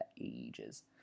ages